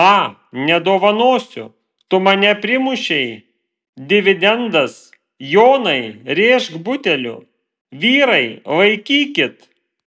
a nedovanosiu tu mane primušei dividendas jonai rėžk buteliu vyrai laikykit